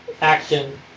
action